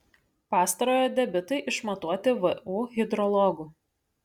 pastarojo debitai išmatuoti vu hidrologų